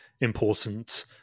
important